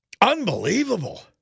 unbelievable